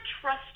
trust